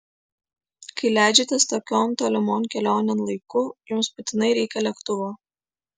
kai leidžiatės tokion tolimon kelionėn laiku jums būtinai reikia lėktuvo